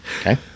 Okay